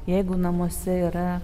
jeigu namuose yra